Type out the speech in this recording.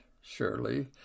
surely